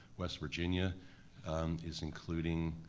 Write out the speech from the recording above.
west virginia and is including,